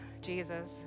Jesus